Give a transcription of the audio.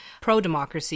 pro-democracy